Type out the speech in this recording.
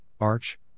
arch